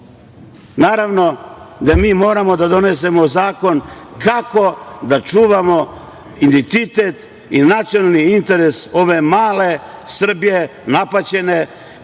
govore? Naravno da mi moramo da donesemo zakon kako da čuvamo identitet i nacionalni interes ove male Srbije, napaćene, koja je